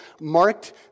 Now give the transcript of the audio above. marked